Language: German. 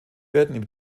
werden